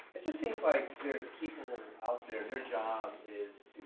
it just seems like there's people out there, their job is